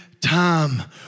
time